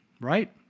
right